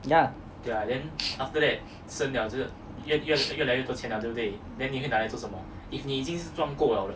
yeah